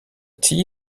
tea